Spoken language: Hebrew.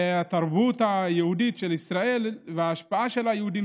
ואת התרבות היהודית של ישראל וההשפעה של היהודים,